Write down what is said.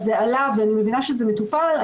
זה עלה, ואני מבינה שזה מטופל.